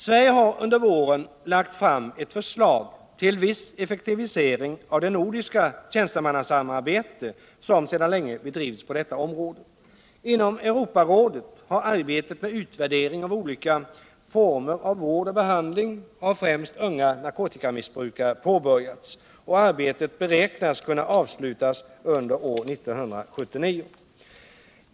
Sverige har under våren lagt fram förslag till viss effektivisering av det nordiska tjänstemannasamarbete som sedan länge bedrivs på detta område. Inom Europarådet har arbetet med utvärdering av olika former av vård och behandling av främst unga narkotikamissbrukare påbörjats. Arbetet beräknas kunna avslutas under år 1979.